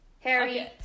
Harry